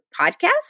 podcast